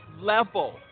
level